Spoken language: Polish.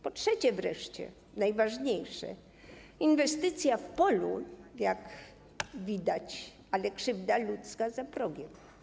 Po trzecie wreszcie, najważniejsze, inwestycja w polu, jak widać, ale krzywda ludzka za progiem.